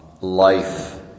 Life